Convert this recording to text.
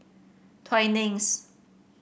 Twinings